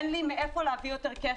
אין לי מאיפה להביא יותר כסף.